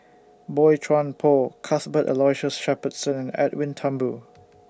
Boey Chuan Poh Cuthbert Aloysius Shepherdson and Edwin Thumboo